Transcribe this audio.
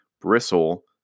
bristle